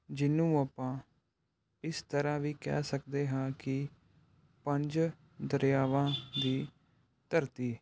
ਜਿਹਨੂੰ ਆਪਾਂ ਇਸ ਤਰ੍ਹਾਂ ਵੀ ਕਹਿ ਸਕਦੇ ਹਾਂ ਕਿ ਪੰਜ ਦਰਿਆਵਾਂ ਦੀ ਧਰਤੀ